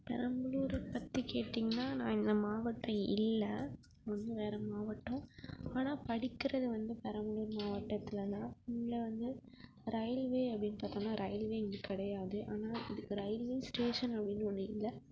பெரம்பலூர பற்றி கேட்டிங்கன்னா நான் இந்த மாவட்டம் இல்லை நான் வந்து வேற மாவட்டம் ஆனால் படிக்கிறது வந்து பெரம்பலூர் மாவட்டத்தில் தான் இங்கே வந்து ரயில்வே அப்படின்னு பார்த்தோன்னா ரயில்வே இங்கே கிடையாது ஆனால் இதுக்கு ரயில்வே ஸ்டேஷன் அப்படின்னு ஒன்னு இல்லை